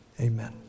amen